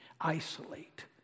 isolate